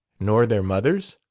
nor their mothers?